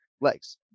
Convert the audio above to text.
legs